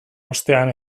ostean